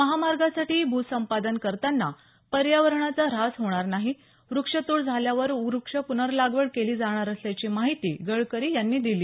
महामार्गासाठी भू संपादन करताना पर्यावरणाचा ऱ्हास होणार नाही व्रक्षतोड झाल्यावर व्रक्षपूर्नलागवड केली जाणार असल्याची माहिती गडकरी यांनी दिली